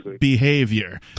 behavior